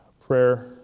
prayer